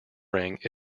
ring